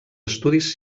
estudis